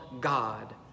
God